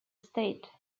state